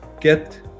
get